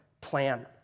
plan